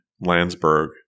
Landsberg